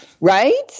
Right